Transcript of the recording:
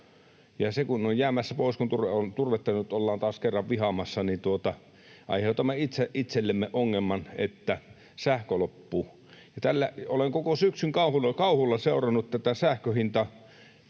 Ja kun se on jäämässä pois, kun turvetta nyt ollaan taas kerran vihaamassa, niin aiheutamme itse itsellemme sen ongelman, että sähkö loppuu. Olen koko syksyn kauhulla seurannut tätä sähkön hintaa